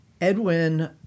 Edwin